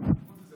כבוד השר,